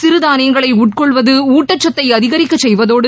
சிறுதானியங்களை உட்கொள்வது உட்டச்சத்தை அதிகரிக்க செய்வதோடு